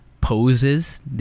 poses